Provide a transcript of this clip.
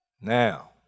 Now